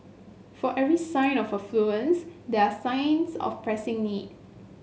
for every sign of affluence there are signs of pressing need